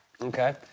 Okay